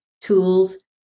tools